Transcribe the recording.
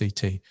CT